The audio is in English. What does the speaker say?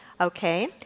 Okay